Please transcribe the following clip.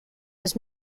was